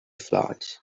flights